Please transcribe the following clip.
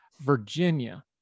Virginia